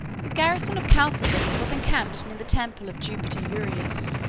the garrison of chalcedon was encamped near the temple of jupiter urius,